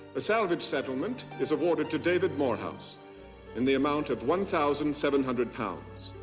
a salvage settlement is awarded to david morehouse in the amount of one thousand seven hundred pounds.